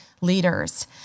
leaders